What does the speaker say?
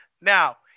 Now